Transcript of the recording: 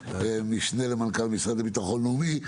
משנה למנכ"ל המשרד לביטחון לאומי.